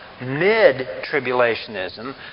mid-tribulationism